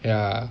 ya